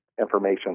information